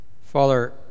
Father